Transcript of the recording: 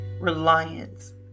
reliance